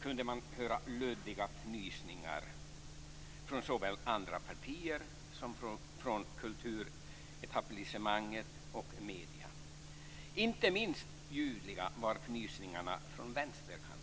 kunde man höra luddiga fnysningar från såväl andra partier som från kulturetablissemanget och medierna. Inte minst ljudliga var fnysningarna från vänsterkanten.